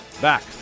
back